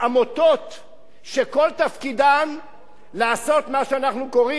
שכל תפקידן לעשות מה שאנחנו קוראים מיצוי זכויות.